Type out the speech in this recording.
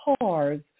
cars